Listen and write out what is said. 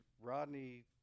rodney